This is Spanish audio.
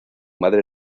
madre